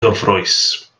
gyfrwys